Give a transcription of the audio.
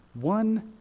one